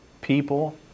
people